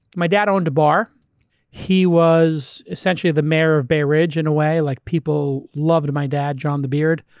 my dad owned a bar and he was essentially the mayor of bay ridge in a way like people loved my dad, john the beard.